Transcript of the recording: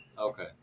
Okay